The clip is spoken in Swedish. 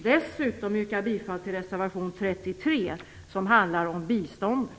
Dessutom yrkar jag bifall till reservation 33, som handlar om biståndet.